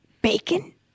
Bacon